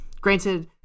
Granted